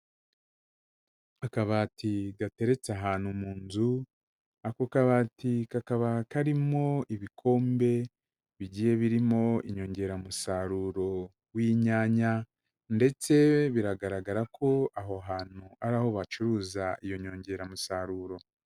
Akabati gateretse ahantu mu nzu, ako kabati kakaba karimo ibikombe bigiye birimo inyongeramusaruro w'inyanya ndetse biragaragara ko aho hantu ari aho bacuruza iyo nyongeramusaruro.